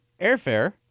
airfare